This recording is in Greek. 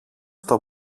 στο